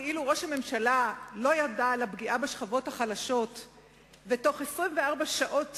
כאילו ראש הממשלה לא ידע על הפגיעה בשכבות החלשות ובתוך 24 שעות